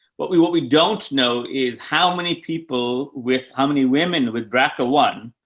what we, what we don't know is how many people with how many women with brca one,